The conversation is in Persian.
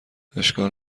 اشکال